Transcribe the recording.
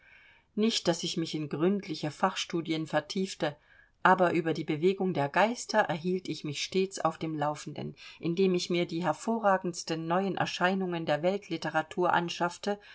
nicht daß ich mich in gründliche fachstudien vertiefte aber über die bewegung der geister erhielt ich mich stets auf dem laufenden indem ich mir die hervorragendsten neuen erscheinungen der weltlitteratur anschaffte